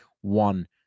one